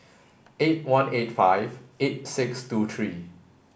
eight one eight five eight six two three